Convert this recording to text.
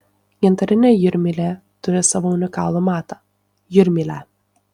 gintarinė jūrmylė turi savo unikalų matą jūrmylę